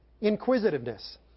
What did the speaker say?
Inquisitiveness